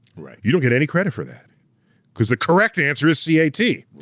you don't get any credit for that cause the correct answer is c a t.